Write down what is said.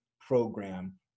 program